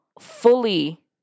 fully